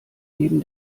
neben